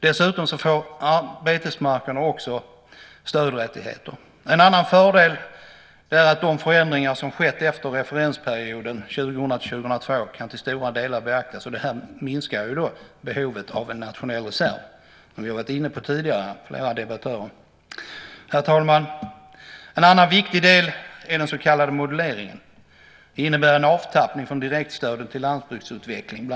Dessutom får betesmarkerna också stödrättigheter. En annan fördel är att de förändringar som skett efter referensperioden 2000-2002 kan till stora delar beaktas. Detta minskar behovet av en nationell reserv, vilket flera debattörer varit inne på tidigare. Herr talman! En annan viktig del är den så kallade moduleringen. Den innebär bland annat en avtappning från direktstöden till landsbygdsutveckling.